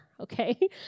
okay